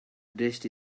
dressed